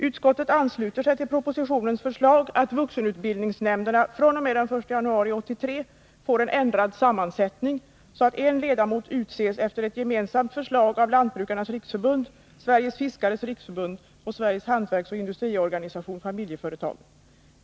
Utskottet ansluter sig till propositionens förslag att vuxenutbildningsnämnderna fr.o.m. den 1 januari 1983 får en ändrad sammansättning, så att en ledamot utses efter ett gemensamt förslag av Lantbrukarnas riksförbund, Sveriges fiskares riksförbund och Sveriges hantverksoch industriorganisation — Familjeföretagen.